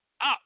up